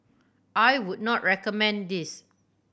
I would not recommend this